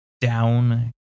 down